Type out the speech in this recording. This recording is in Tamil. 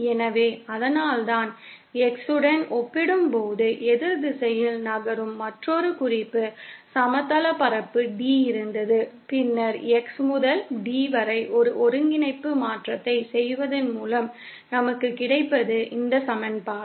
எனவே அதனால்தான் X உடன் ஒப்பிடும்போது எதிர் திசையில் நகரும் மற்றொரு குறிப்பு சமதளபரப்பு D இருந்தது பின்னர் X முதல் D வரை ஒரு ஒருங்கிணைப்பு மாற்றத்தை செய்வதன் மூலம் நமக்குக் கிடைப்பது இந்த சமன்பாடு